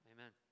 Amen